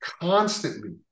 constantly